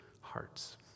hearts